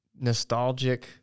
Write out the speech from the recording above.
nostalgic